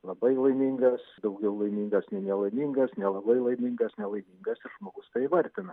labai laimingas daugiau laimingas nei nelaimingas nelabai laimingas nelaimingas ir žmogus tai įvardina